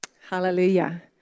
Hallelujah